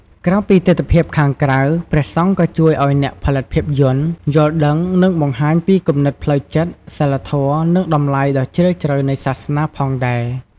ក្រៅពីទិដ្ឋភាពខាងក្រៅ ព្រះសង្ឃក៏ជួយឲ្យអ្នកផលិតភាពយន្ត យល់ដឹង និងបង្ហាញពីគំនិតផ្លូវចិត្ត សីលធម៌ និងតម្លៃដ៏ជ្រាលជ្រៅនៃសាសនា ផងដែរ។